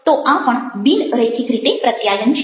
તો આ પણ બિન રૈખિક રીતે પ્રત્યાયન છે